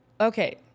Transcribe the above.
okay